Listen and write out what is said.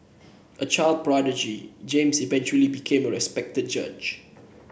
a child prodigy James eventually became a respected judge